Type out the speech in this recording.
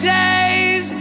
days